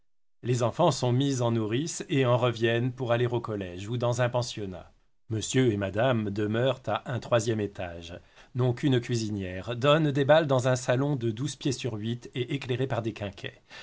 les enfants sont mis en nourrice et en reviennent pour aller au collège ou dans un pensionnat monsieur et madame demeurent à un troisième étage n'ont qu'une cuisinière donnent des bals dans un salon de douze pieds sur huit et éclairé par des quinquets